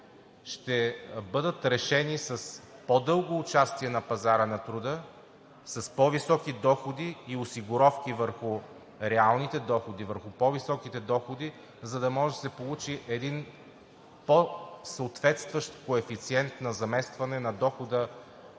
ще бъдат решени с по-дългото участие на пазара на труда, с по-високи доходи и осигуровки върху реалните доходи – върху по-високите доходи, за да може да се получи един по съответстващ коефициент на заместване на дохода